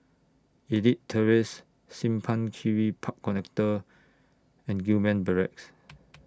Elite Terrace Simpang Kiri Park Connector and Gillman Barracks